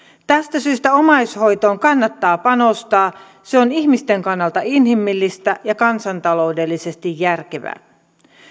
tästä syystä omaishoitoon kannattaa panostaa se on ihmisten kannalta inhimillistä ja kansantaloudellisesti järkevää